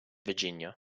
virginia